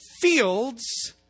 fields